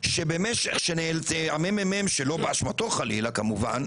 למ.מ.מ כשהוא נאלץ, שלא באשמתו כמובן,